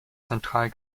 zentral